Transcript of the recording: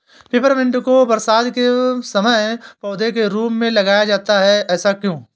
Peppermint को बरसात के समय पौधे के रूप में लगाया जाता है ऐसा क्यो?